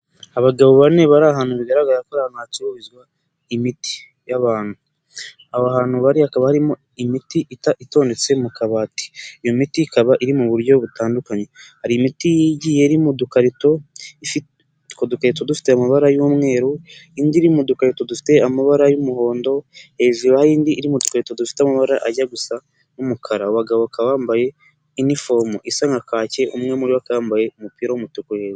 Abagabo bane bari ahantu bigaragara ko ari ahantu hacururizwa imiti y'abantu. Aho hantu bari hakaba hari imiti itondetse mu kabati, iyo miti ikaba iri mu buryo butandukanye, hari imiti igiye iri mu dukarito, utwo dukarito dufite amabara y'umweru, indi iri mu dukarito dufite amabara y'umuhondo, hejuru hari indi iri mu dukarito dufite amabara ajya gusa nk'umukara. Abo bagabo bakaba bambaye uniform isa nka kaki, umwe muri bo akaba yambaye umupira w'umutuku he.